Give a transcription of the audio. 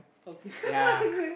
okay migrate